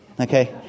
okay